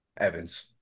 Evans